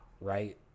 Right